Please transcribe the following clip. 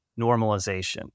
normalization